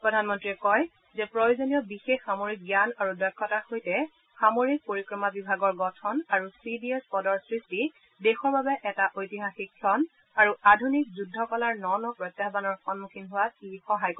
প্ৰধানমন্ৰীয়ে কয় যে প্ৰয়োজনীয় বিশেষ সামৰিক জ্ঞান আৰু দক্ষতাৰ সৈতে সামৰিক পৰিক্ৰমা বিভাগৰ গঠন আৰু চি ডি এছ পদৰ সৃষ্টি দেশৰ বাবে এটা ঐতিহাসিক ক্ষণ আৰু আধুনিক যুদ্ধ কলাৰ ন ন প্ৰত্যায়ানৰ সমুখীন হোৱাত ই সহায় কৰিব